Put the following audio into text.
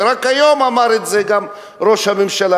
ורק היום אמר את זה גם ראש הממשלה,